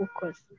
focus